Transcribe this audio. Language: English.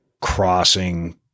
crossing